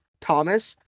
thomas